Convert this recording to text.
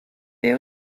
beth